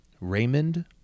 Raymond